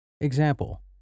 Example